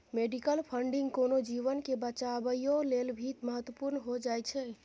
medical funding कोनो जीवन के बचाबइयो लेल भी महत्वपूर्ण हो जाइ छइ